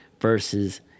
versus